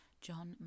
John